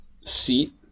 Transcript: seat